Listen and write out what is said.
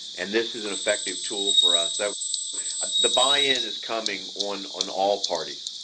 and this is an effective tool for us. so the buy-in is coming on on all parties.